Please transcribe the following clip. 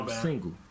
single